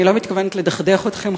אני לא מתכוונת לדכדך אתכם,